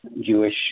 Jewish